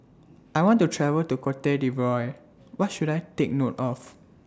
I want to travel to Cote D'Ivoire What should I Take note of